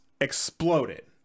exploded